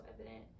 evident